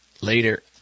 Later